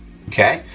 okay.